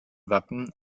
wappen